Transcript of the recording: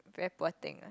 very poor thing lah